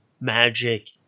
magic